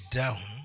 down